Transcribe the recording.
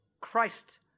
Christ